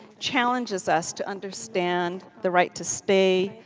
challenges us to understand the right to stay,